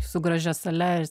su gražia sale ir